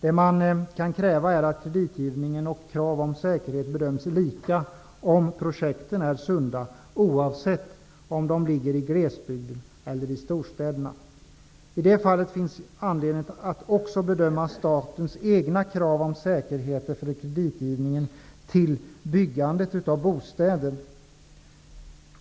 Det man kan kräva när det gäller kreditgivning och krav om säkerhet är att sunda projekt bedöms lika, oavsett om de finns i glesbygden eller i storstäderna. I det fallet finns det anledning att också bedöma statens egna krav om säkerheter för kreditgivningen till byggandet av bostäder.